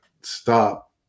stop